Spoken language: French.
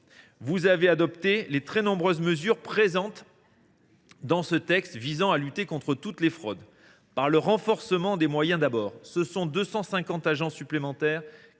vous avez adopté les très nombreuses mesures présentes dans ce texte visant à lutter contre toutes les fraudes. Par le renforcement des moyens d’abord : ce sont 250 agents supplémentaires